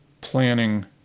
planning